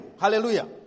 Hallelujah